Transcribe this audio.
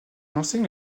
enseigne